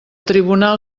tribunal